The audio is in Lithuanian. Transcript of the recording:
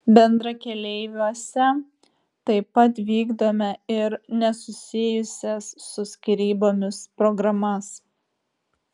bendrakeleiviuose taip pat vykdome ir nesusijusias su skyrybomis programas